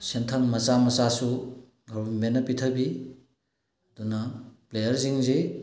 ꯁꯦꯟꯊꯪ ꯃꯆꯥ ꯃꯆꯥꯁꯨ ꯒꯣꯕꯔꯟꯃꯦꯟꯅ ꯄꯤꯊꯕꯤ ꯑꯗꯨꯅ ꯄ꯭ꯂꯦꯌꯔꯁꯤꯡꯁꯤ